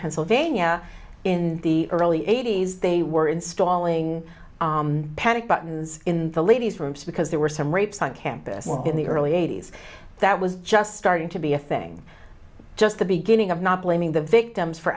pennsylvania in the early eighty's they were installing panic buttons in the ladies room so because there were some rapes on campus in the early eighty's that was just starting to be a thing just the beginning of not blaming the victims for